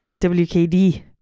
WKD